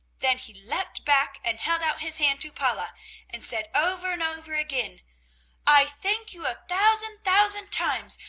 then he leaped back and held out his hand to paula and said over and over again i thank you a thousand, thousand times!